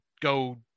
go